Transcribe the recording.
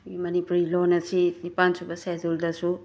Manipuri loan ꯑꯁꯤ ꯅꯤꯄꯥꯟ ꯁꯨꯕ ꯁꯦꯗꯨꯜꯗꯁꯨ